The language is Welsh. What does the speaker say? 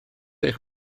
eich